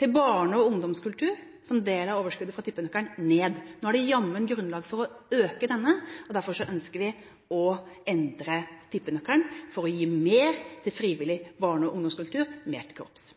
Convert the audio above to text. til barne- og ungdomskulturen – som del av overskuddet fra tippenøkkelen – prosentvis ned. Nå er det jammen grunnlag for å øke denne, og derfor ønsker vi å endre tippenøkkelen for å gi mer til frivillig barne- og ungdomskultur og mer til korps.